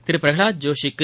Thiru Prahlad ஜோஷிக்கு